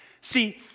See